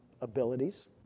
abilities